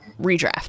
redraft